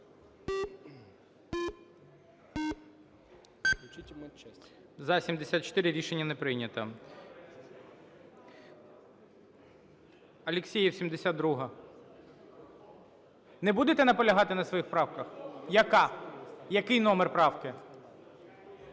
За-74 Рішення не прийнято. Алєксєєв, 72-а. Не будете наполягати на своїх правках? Яка? Який номер правки?